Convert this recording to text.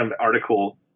article